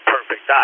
Perfect